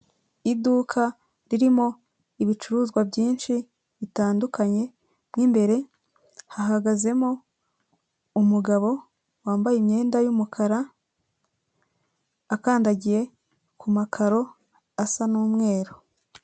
Iduka ririmo ibicuruzwa byinshi bitandukanye, mu imbere hahagazemo umugabo wambaye imyenda y'umukara akandagiye ku makaro asa n'umweru.